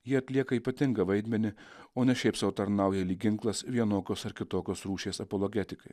jie atlieka ypatingą vaidmenį o ne šiaip sau tarnauja lyg ginklas vienokios ar kitokios rūšies apologetikai